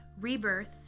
rebirth